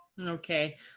Okay